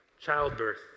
Childbirth